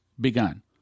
begun